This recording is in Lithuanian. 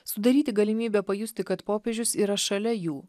sudaryti galimybę pajusti kad popiežius yra šalia jų